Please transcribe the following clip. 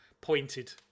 pointed